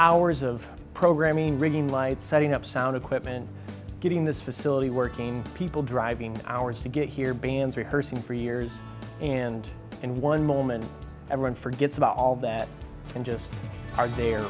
hours of programming rigging lights setting up sound equipment getting this facility working people driving hours to get here bands rehearsing for years and in one moment everyone forgets about all that and just are there